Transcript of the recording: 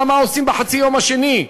מה עושים בחצי היום השני.